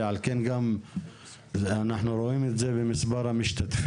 ועל כן גם אנחנו רואים את זה במספר המשתתפים.